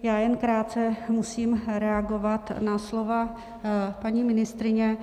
Já jen krátce musím reagovat na slova paní ministryně.